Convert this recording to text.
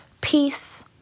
peace